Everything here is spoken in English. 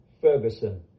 Ferguson